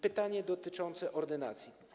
Pytanie dotyczące ordynacji.